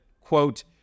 quote